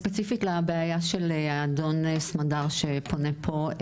ספציפית לבעיה של האדון סמדר שפונה פה,